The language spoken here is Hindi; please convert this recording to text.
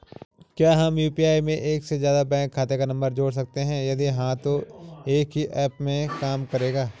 क्या हम यु.पी.आई में एक से ज़्यादा बैंक खाते का नम्बर जोड़ सकते हैं यदि हाँ तो एक ही ऐप में काम करेगा?